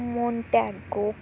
Montagu